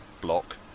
block